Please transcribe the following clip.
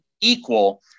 equal